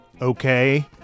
Okay